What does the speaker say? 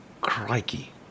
crikey